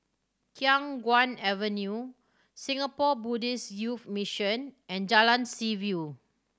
Khiang Guan Avenue Singapore Buddhist Youth Mission and Jalan Seaview